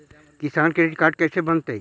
किसान credit card कैसे बनतै?